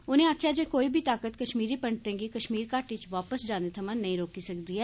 उनें आक्खेआ जे कोई बी ताकत कष्मीरी पंडितें गी कष्मीर घाटी च वापस जाने थमां नेईं रोकी सकदी ऐ